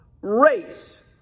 race